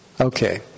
Okay